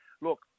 look